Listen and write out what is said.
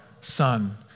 Son